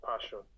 passion